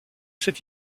cette